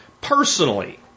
personally